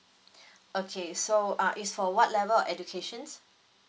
okay so uh is for what level of educations